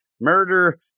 murder